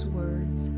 words